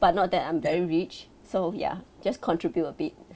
but not that I'm very rich so ya just contribute a bit